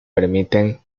permiten